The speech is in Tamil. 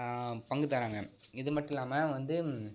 பங்கு தராங்க இது மட்டும் இல்லாமல் வந்து